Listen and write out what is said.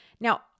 Now